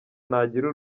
nagira